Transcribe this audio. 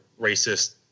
racist